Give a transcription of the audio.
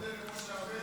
אתה מודה למשה ארבל.